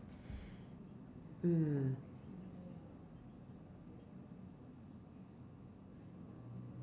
mm